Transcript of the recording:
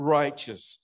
righteous